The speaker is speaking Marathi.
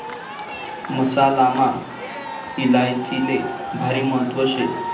मसालामा इलायचीले भारी महत्त्व शे